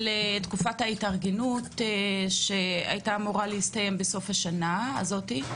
תקופת ההתארגנות שהייתה אמורה להסתיים בסוף השנה הזאת,